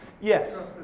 Yes